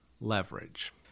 leverage